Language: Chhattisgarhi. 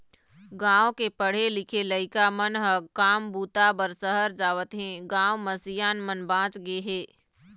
गाँव के पढ़े लिखे लइका मन ह काम बूता बर सहर जावत हें, गाँव म सियान मन बाँच गे हे